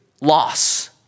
loss